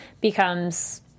becomes